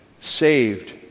Saved